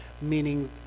meaning